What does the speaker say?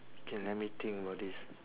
K let me think about this